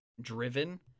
driven